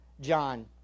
John